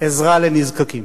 עזרה לנזקקים.